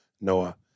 Noah